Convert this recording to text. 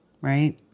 right